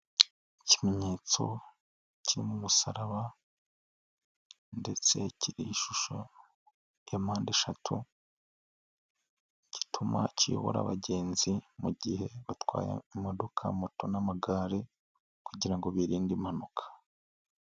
Ikimenyetso kirimo umusaraba ndetse kiriho ishusho ya mpandeshatu, gituma kiyobora abagenzi mu gihe batwaye imodoka, moto n'amagare, kugira ngo birinde impanuka.